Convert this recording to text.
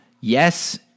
yes